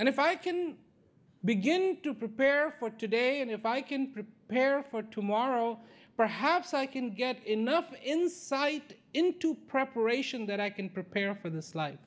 and if i can begin to prepare for today and if i can prepare for tomorrow perhaps i can get enough insight into preparation that i can prepare for this li